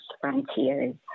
frontiers